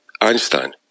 Einstein